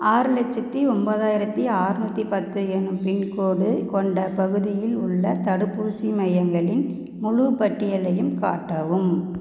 ஆறு லட்சத்து ஒம்பதாயிரத்தி அற்நூத்தி பத்து எனும் பின்கோடு கொண்ட பகுதியில் உள்ள தடுப்பூசி மையங்களின் முழுப் பட்டியலையும் காட்டவும்